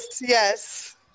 yes